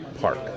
park